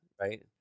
right